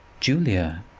julia,